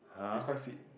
he quite fit